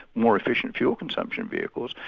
more efficient fuel consumption vehicles,